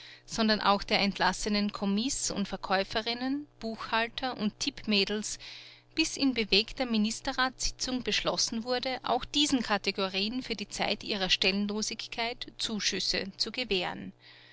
sondern auch der entlassenen kommis und verkäuferinnen buchhalter und tippmädels bis in bewegter ministerratssitzung beschlossen wurde auch diesen kategorien für die zeit ihrer stellenlosigkeit zuschüsse zu gewähren